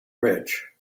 rich